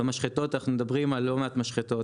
במשחטות אנחנו מדברים על לא מעט משחטות.